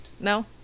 No